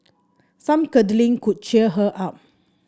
some cuddling could cheer her up